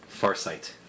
Farsight